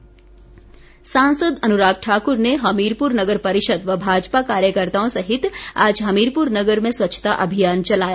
अभियान सांसद अनुराग ठाकुर ने हमीरपुर नगर परिषद व भाजपा कार्यकर्ताओं सहित आज हमीरपुर नगर में स्वच्छता अभियान चलाया